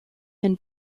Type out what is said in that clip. and